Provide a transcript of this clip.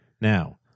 Now